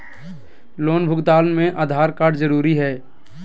Loan भुगतान में Aadhaar card जरूरी है?